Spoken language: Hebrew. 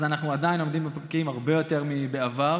אנחנו עדיין עומדים בפקקים הרבה יותר מבעבר.